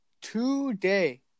today